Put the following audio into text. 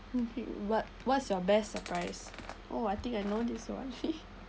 what what's your best surprise oh I think I know this one